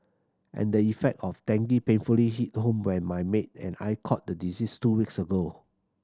and the effect of dengue painfully hit home by my maid and I caught the disease two weeks ago